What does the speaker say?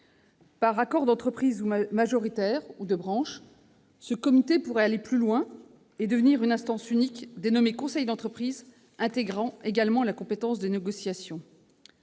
Par accord d'entreprise majoritaire ou de branche, ce comité pourrait aller plus loin et devenir une instance unique, dénommée conseil d'entreprise, intégrant également la compétence de négociation.